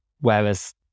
Whereas